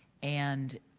and